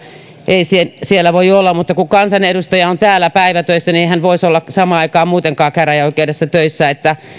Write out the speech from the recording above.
ei siellä voi olla mutta kun kansanedustaja on täällä päivätöissä niin ei hän voisi olla samaan aikaan muutenkaan käräjäoikeudessa töissä